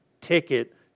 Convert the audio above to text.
ticket